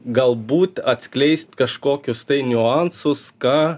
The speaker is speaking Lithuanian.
galbūt atskleist kažkokius niuansus ką